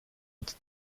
its